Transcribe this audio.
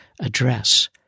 address